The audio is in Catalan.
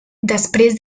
després